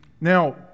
Now